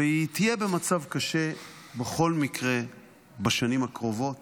והיא תהיה במצב קשה בכל מקרה בשנים הקרובות